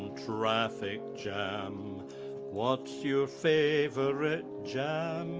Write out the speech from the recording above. traffic jam what's your favourite jam?